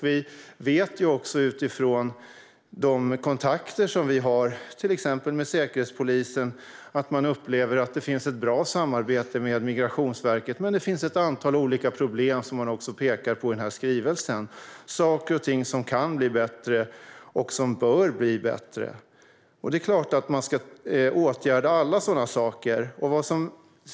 Vi vet också utifrån de kontakter vi har, till exempel med Säkerhetspolisen, att man upplever att det finns ett bra samarbete med Migrationsverket men att det finns ett antal problem, vilket man också pekar på i denna skrivelse. Det finns saker och ting som kan och bör blir bättre, och det är klart att man ska åtgärda allt sådant.